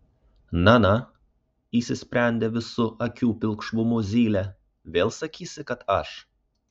na na įsisprendė visu akių pilkšvumu zylė vėl sakysi kad aš